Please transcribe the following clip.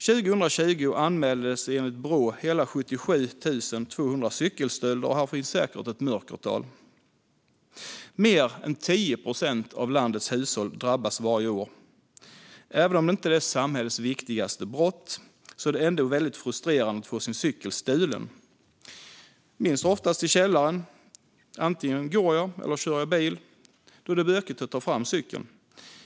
År 2020 anmäldes det enligt Brå hela 77 200 cykelstölder, och här finns säkert ett mörkertal. Mer än 10 procent av landets hushåll drabbas varje år. Även om det inte är samhällets allvarligaste brott är det ändå väldigt frustrerande att få sin cykel stulen. Min cykel står oftast i källaren. Antingen går jag eller kör bil då det är bökigt att ta fram cykeln.